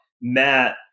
Matt